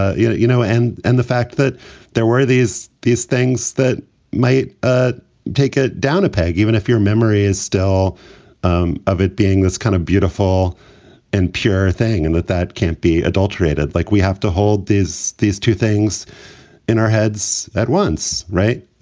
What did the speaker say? you you know, and and the fact that there were these these things that might ah take it down a peg, even if your memory is still um of it being that's kind of beautiful and pure thing and that that can't be adulterated. like we have to hold these these two things in our heads at once. right.